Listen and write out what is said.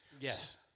yes